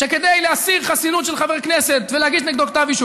שכדי להסיר חסינות של חבר כנסת ולהגיש נגדו כתב אישום